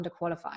underqualified